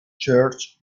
church